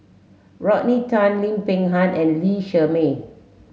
Rodney Tan Lim Peng Han and Lee Shermay